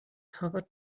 harvard